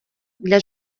для